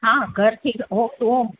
હા ઘરથી home to home